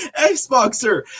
Xboxer